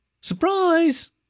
Surprise